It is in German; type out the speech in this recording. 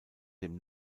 dem